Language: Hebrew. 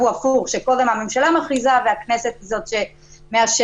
הוא הפוך: קודם הממשלה מכריזה והכנסת היא זו שמאשרת.